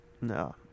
No